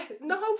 no